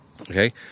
okay